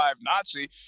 Nazi